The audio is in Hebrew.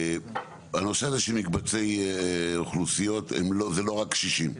הנושא הזה של מקבצי אוכלוסיות זה לא רק קשישים,